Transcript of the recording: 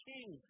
King